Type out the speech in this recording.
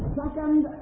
second